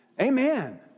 Amen